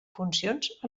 funcions